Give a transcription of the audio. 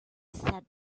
said